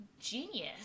genius